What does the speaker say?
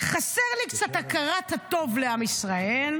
חסר לי קצת הכרת הטוב לעם ישראל.